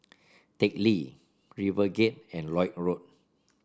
Teck Lee RiverGate and Lloyd Road